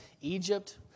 Egypt